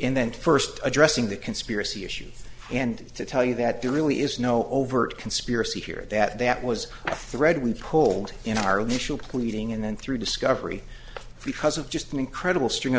and then first addressing the conspiracy issue and to tell you that there really is no overt conspiracy here that that was a thread we pulled in our little pleading and then through discovery because of just an incredible string